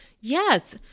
Yes